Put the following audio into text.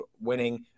winning